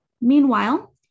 Meanwhile